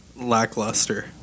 lackluster